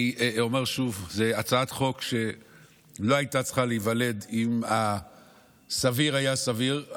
אני אומר שוב: זו הצעת חוק שלא הייתה צריכה להיוולד אם הסביר היה סביר,